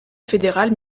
fédéral